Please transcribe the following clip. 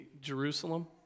Jerusalem